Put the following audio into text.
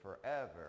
forever